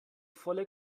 volle